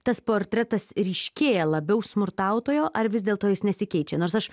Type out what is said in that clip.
tas portretas ryškėja labiau smurtautojo ar vis dėlto jis nesikeičia nors aš